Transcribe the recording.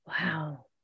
Wow